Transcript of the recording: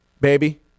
Baby